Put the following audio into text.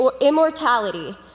immortality